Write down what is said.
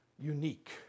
unique